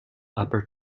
upper